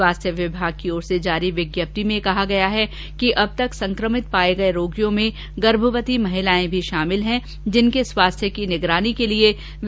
स्वास्थ्य विमाग की ओर से जारी विज्ञप्ति में कहा गया है कि अब तक संक्रमित पाए गए रोगियों में गर्भवती महिलाएं भी शामिल हैं जिनके स्वास्थ्य की निगरानी के लिए विशेष प्रबंध किए गए हैं